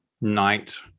night